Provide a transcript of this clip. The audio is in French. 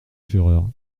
fureur